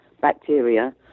bacteria